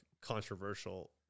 controversial